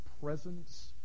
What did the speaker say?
presence